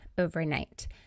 overnight